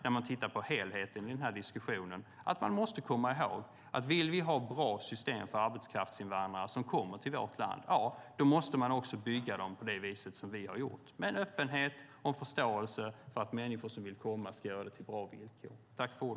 När man tittar på helheten i denna diskussion måste man komma ihåg att vi om vi vill ha ett bra system för de arbetskraftsinvandrare som kommer till vårt land också måste bygga systemet på det vis vi har gjort - med en öppenhet och en förståelse för att människor som vill komma hit ska göra det på bra villkor.